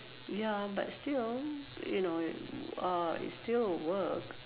ya but still on you know uh it's still a work